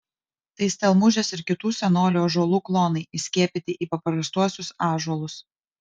tai stelmužės ir kitų senolių ąžuolų klonai įskiepyti į paprastuosius ąžuolus